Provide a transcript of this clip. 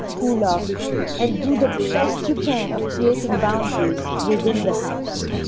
who love and do the best you can. of creating boundaries within the house.